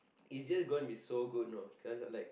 it's just going to be so good you know cause like